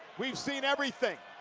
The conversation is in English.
we've seen everything.